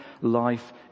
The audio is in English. life